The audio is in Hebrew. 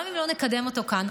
גם אם לא נקדם אותו כאן,